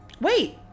Wait